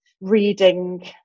reading